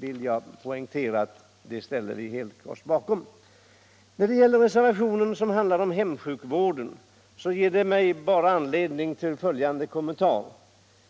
vill poängtera att vi ställer oss helt bakom det. Reservationen om hemsjukvården ger mig bara anledning till följande kommentar.